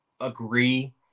agree